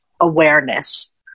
awareness